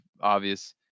obvious